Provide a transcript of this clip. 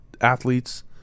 athletes